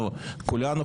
אנחנו כולנו,